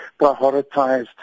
prioritized